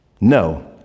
No